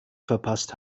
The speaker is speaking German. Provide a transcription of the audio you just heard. verpasst